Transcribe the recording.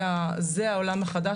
זה העולם החדש,